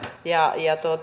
ja